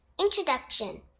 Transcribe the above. Introduction